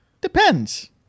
Depends